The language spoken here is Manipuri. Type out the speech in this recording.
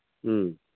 ꯎꯝ